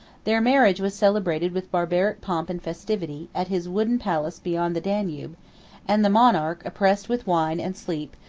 their marriage was celebrated with barbaric pomp and festivity, at his wooden palace beyond the danube and the monarch, oppressed with wine and sleep,